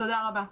תודה רבה.